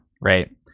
right